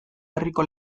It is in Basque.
herriko